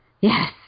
yes